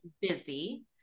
busy